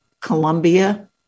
Colombia